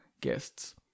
guests